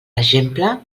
exemple